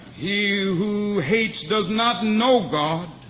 he who hates does not know god,